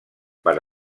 per